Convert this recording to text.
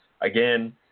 again